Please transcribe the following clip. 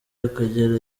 y’akagera